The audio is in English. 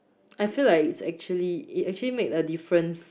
I feel like it's actually it actually make a difference